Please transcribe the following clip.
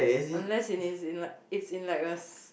unless it is in like it's in like a